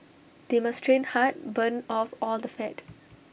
they must train hard burn off all the fat